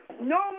no